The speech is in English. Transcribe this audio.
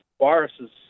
viruses